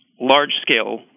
large-scale